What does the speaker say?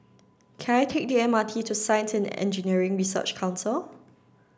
can I take the M R T to Science and Engineering Research Council